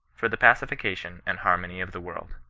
for the pacification and harmony of the world.